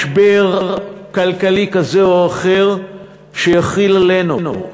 משבר כלכלי כזה או אחר שיחיל עלינו,